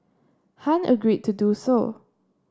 Han agreed to do so